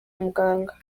muganga